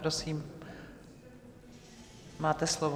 Prosím, máte slovo.